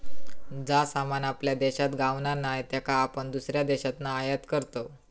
जा सामान आपल्या देशात गावणा नाय त्याका आपण दुसऱ्या देशातना आयात करतव